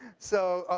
so,